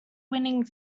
winning